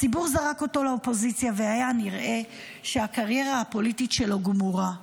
הציבור זרק אותו לאופוזיציה והיה נראה שהקריירה הפוליטית שלו גמורה.